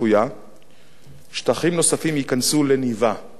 שטחים נוספים ייכנסו לניבה, ניבה, מלשון להניב,